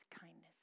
kindness